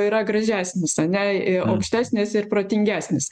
yra gražesnis ane aukštesnis ir protingesnis